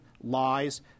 lies